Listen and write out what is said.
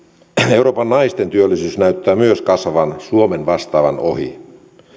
euroopan naisten työllisyys näyttää myös kasvavan suomen vastaavan ohi